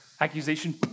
accusation